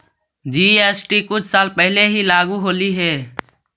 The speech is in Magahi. जी.एस.टी कुछ साल पहले ही लागू होलई हे